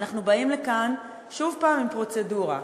אנחנו באים הנה שוב עם פרוצדורה,